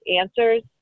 answers